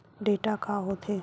Data का होथे?